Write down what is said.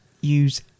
use